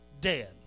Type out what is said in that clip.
dead